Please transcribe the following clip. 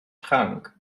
trank